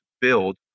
build